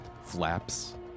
flaps